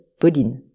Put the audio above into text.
Pauline